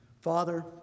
Father